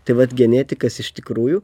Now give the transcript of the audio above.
tai vat genetikas iš tikrųjų